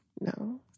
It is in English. No